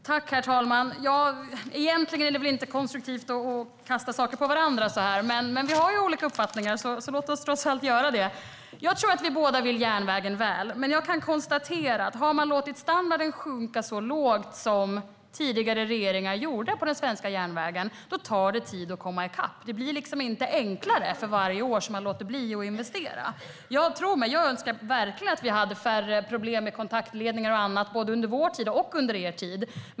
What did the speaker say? Herr talman! Egentligen är det väl inte konstruktivt att kasta saker på varandra så här. Men vi har ju olika uppfattningar, så låt oss trots allt göra det. Jag tror att vi båda vill järnvägen väl. Men jag kan konstatera att har man låtit den svenska järnvägens standard sjunka så lågt som tidigare regeringar gjorde tar det tid att komma i kapp. Det blir liksom inte enklare för varje år man låter bli att investera. Tro mig; jag önskar verkligen att vi hade färre problem med kontaktledningar och annat, både under vår tid och er tid.